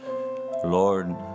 Lord